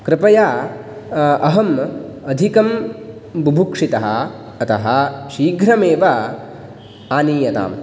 कृपया अहम् अधिकं भुबुक्षितः अतः शीघ्रमेव आनीयताम्